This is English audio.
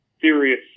serious